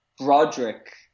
Broderick